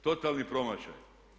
Totalni promašaj.